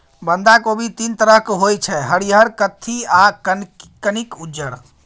बंधा कोबी तीन तरहक होइ छै हरियर, कत्थी आ कनिक उज्जर